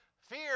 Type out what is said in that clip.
fear